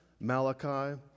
Malachi